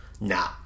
nah